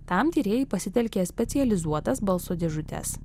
tam tyrėjai pasitelkė specializuotas balso dėžutes